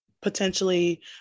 potentially